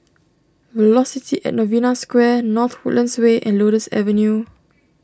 Velocity at Novena Square North Woodlands Way and Lotus Avenue